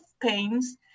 pains